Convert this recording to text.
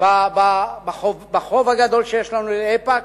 בחוב הגדול שיש לנו לאיפא"ק.